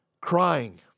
crying